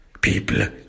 People